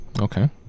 Okay